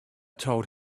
told